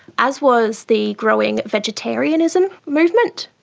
as was the growing vegetarianism movement,